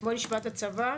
בואו נשמע את הצבא.